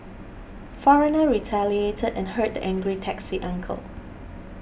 foreigner retaliated and hurt the angry taxi uncle